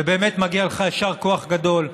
ובאמת מגיע לך יישר כוח גדול.